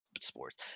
sports